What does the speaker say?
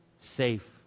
safe